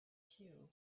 cue